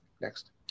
Next